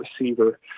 receiver